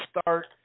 start